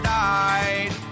died